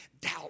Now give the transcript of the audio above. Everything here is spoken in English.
doubt